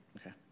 Okay